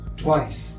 twice